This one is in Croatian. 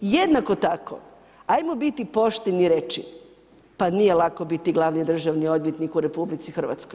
Jednako tako ajmo biti pošteni i reći pa nije lako biti glavni državni odvjetnik u RH.